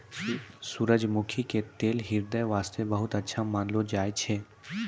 सूरजमुखी के तेल ह्रदय वास्तॅ बहुत अच्छा मानलो जाय छै